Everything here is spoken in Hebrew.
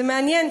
זה מעניין,